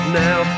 now